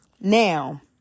Now